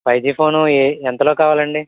five G phone ఏ ఎంతలో కావాలండి